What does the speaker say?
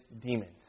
demons